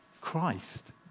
Christ